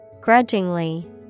grudgingly